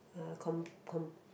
uh com com